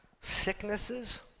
Sicknesses